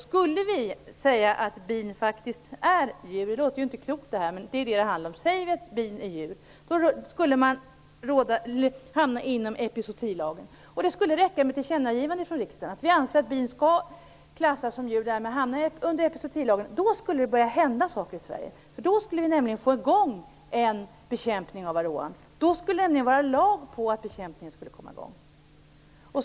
Skulle vi säga att bin faktiskt är djur - det låter ju inte klokt det här - skulle de omfattas av epizootilagen. Det skulle räcka med ett tillkännagivande från riksdagen att vi anser att bin skall klassas som djur och därmed hamna under epizootilagen för att det skulle börja hända saker i Sverige. Då skulle vi nämligen få i gång en bekämpning av varroan. Då skulle det vara lag på att bekämpningen skulle komma i gång.